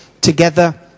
together